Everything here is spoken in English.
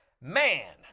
Man